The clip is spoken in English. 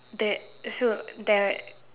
that so that